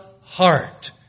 heart